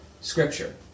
Scripture